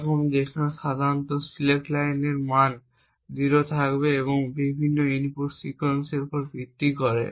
এই রকম যেখানে সাধারণত সিলেক্ট লাইনের মান 0 থাকবে এবং বিভিন্ন ইনপুট সিকোয়েন্সের উপর ভিত্তি করে